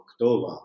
October